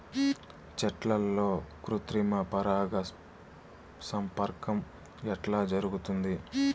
చెట్లల్లో కృత్రిమ పరాగ సంపర్కం ఎట్లా జరుగుతుంది?